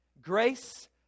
Grace